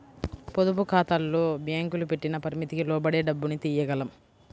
పొదుపుఖాతాల్లో బ్యేంకులు పెట్టిన పరిమితికి లోబడే డబ్బుని తియ్యగలం